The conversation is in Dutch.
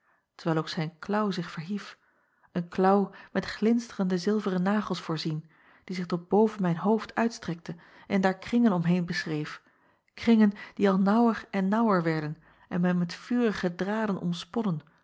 terwijl ook zijn klaauw zich verhief een klaauw met glinsterende zilveren nagels voorzien die zich tot boven mijn hoofd uitstrekte en daar kringen omheen beschreef kringen die al naauwer en naauwer werden en mij met vurige draden